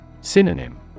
Synonym